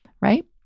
right